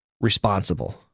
responsible